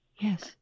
Yes